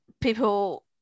people